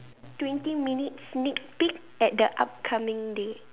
twenty minutes sneak peek at the upcoming day